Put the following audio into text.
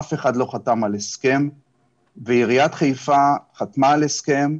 אף אחד לא חתם על הסכם ועיריית חיפה חתמה על הסכם,